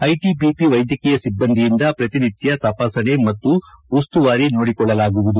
ITBP ವೈದ್ಯಕೀಯ ಸಿಬ್ಲಂದಿಯಿಂದ ಪ್ರತಿನಿತ್ನ ತಪಾಸಣೆ ಮತ್ತು ಉಸ್ತುವಾರಿ ನೋಡಿಕೊಳ್ಳಲಾಗುವುದು